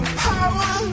power